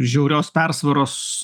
žiaurios persvaros